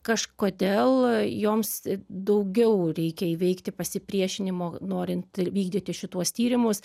kažkodėl joms daugiau reikia įveikti pasipriešinimo norint vykdyti šituos tyrimus